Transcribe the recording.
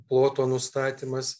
ploto nustatymas